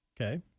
okay